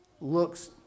looks